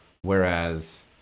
whereas